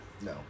No